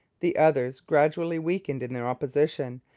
the others gradually weakened in their opposition,